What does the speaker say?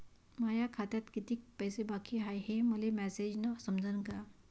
माया खात्यात कितीक पैसे बाकी हाय हे मले मॅसेजन समजनं का?